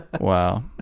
Wow